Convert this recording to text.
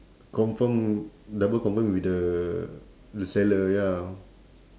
confirm double confirm with the the seller ya